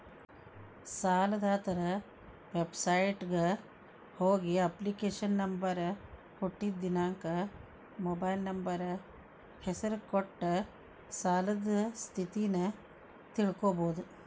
ಸಾಲದಾತರ ವೆಬಸೈಟ್ಗ ಹೋಗಿ ಅಪ್ಲಿಕೇಶನ್ ನಂಬರ್ ಹುಟ್ಟಿದ್ ದಿನಾಂಕ ಮೊಬೈಲ್ ನಂಬರ್ ಹೆಸರ ಕೊಟ್ಟ ಸಾಲದ್ ಸ್ಥಿತಿನ ತಿಳ್ಕೋಬೋದು